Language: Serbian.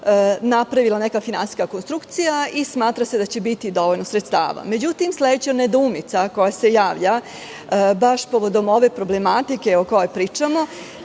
napravila neka finansijska konstrukcija i smatra se da će biti dovoljno sredstvaMeđutim, sledeća nedoumica koja se javlja baš povodom ove problematike o kojoj pričamo,